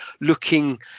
looking